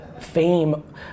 fame